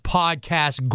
podcast